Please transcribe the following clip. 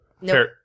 No